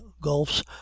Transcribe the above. gulfs